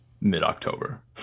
mid-October